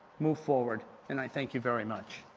move forward. and i thank you very much.